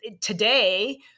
today